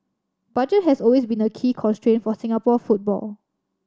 budget has always been a key constraint for Singapore football